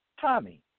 Tommy